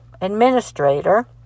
administrator